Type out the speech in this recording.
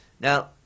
Now